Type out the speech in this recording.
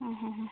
അ അ